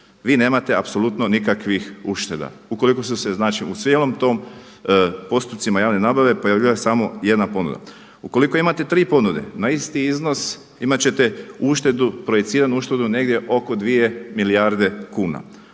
vi nemate apsolutno nikakvih ušteda, ukoliko su se u cijelom tom postupcima javne nabave pojavljivala samo jedna ponuda. Ukoliko imate tri ponude na isti iznos imat ćete uštedu projiciranu uštedu negdje oko dvije milijarde kuna.